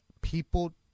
people